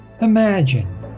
Imagine